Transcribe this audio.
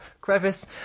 crevice